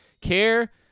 Care